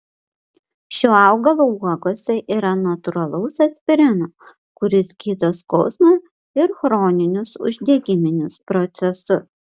šio augalo uogose yra natūralaus aspirino kuris gydo skausmą ir chroninius uždegiminius procesus